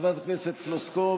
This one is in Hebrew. חברת הכנסת פלוסקוב,